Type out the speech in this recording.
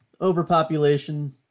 overpopulation